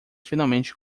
finalmente